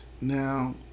Now